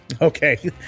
Okay